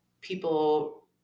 people